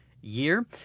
year